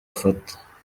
afata